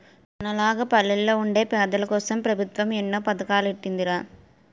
మనలాగ పల్లెల్లో వుండే పేదోల్లకోసం పెబుత్వం ఎన్నో పదకాలెట్టీందిరా